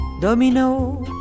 Domino